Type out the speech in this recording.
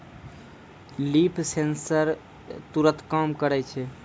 leaf sensor तुरत काम करै छै